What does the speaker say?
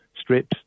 strips